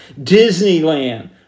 Disneyland